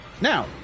Now